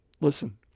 Listen